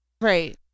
Right